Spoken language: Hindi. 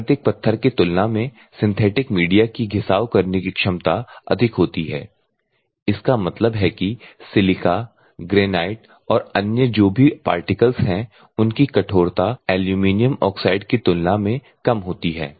प्राकृतिक पत्थर की तुलना में सिंथेटिक मीडिया की घिसाव करने की क्षमता अधिक होती है इसका मतलब है कि सिलिका ग्रेनाइट और अन्य जो भी पार्टिकल्स हैं उनकी कठोरता एल्यूमीनियम ऑक्साइड की तुलना में बहुत कम होती है